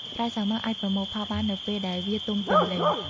ផ្លែសាវម៉ាវអាចប្រមូលផលបាននៅពេលដែលវាទុំពេញលេញ។